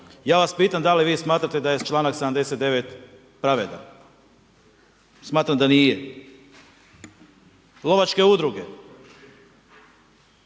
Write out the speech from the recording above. Ja vas pitam da li vi smatrate da je članak 79. pravedan? Smatram da nije. Lovačke udruge,